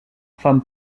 femme